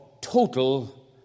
Total